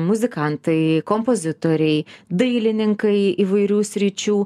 muzikantai kompozitoriai dailininkai įvairių sričių